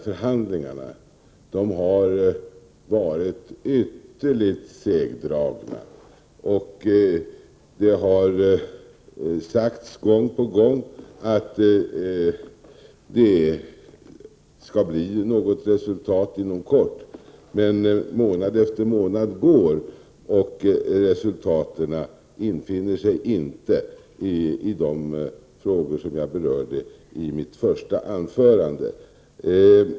Förhandlingarna har varit ytterligt segdragna, och det har sagts gång på gång att det skulle bli ett resultat inom kort. Månad efter månad går, och resultat i de frågor som jag berörde i mitt inledningsanförande infinner sig inte.